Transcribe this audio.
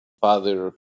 father